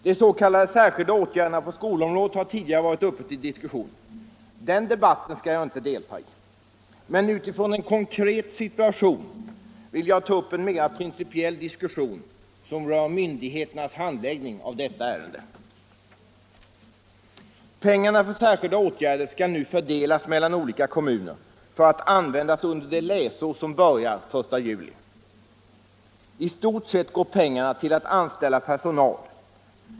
De s.k. särskilda åtgärderna på skolområdet har tidigare varit uppe till diskussion. Den debatten skall jag inte delta i, men utifrån en konkret situation vill jag ta upp en mera principiell diskussion, som rör myndigheternas handläggning av detta ärende. Pengarna för särskilda åtgärder skall nu fördelas mellan olika kommuner för att användas under det läsår som börjar den 1 juli. I stort sett går pengarna till att anställa personal.